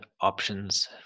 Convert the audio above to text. options